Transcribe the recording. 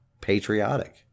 patriotic